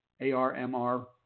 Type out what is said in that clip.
A-R-M-R